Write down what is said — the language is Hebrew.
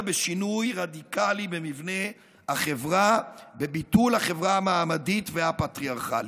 בשינוי רדיקלי במבנה החברה ובביטול החברה המעמדית והפטריארכלית.